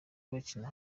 bakina